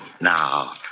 Now